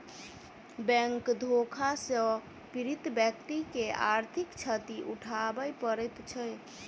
bank धोखा सॅ पीड़ित व्यक्ति के आर्थिक क्षति उठाबय पड़ैत छै